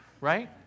right